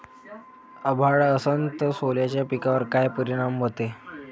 अभाळ असन तं सोल्याच्या पिकावर काय परिनाम व्हते?